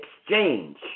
exchange